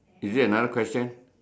is it another question